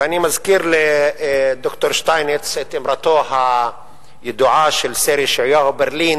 ואני מזכיר לד"ר שטייניץ את אמרתו הידועה של סר ישעיהו ברלין,